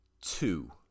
two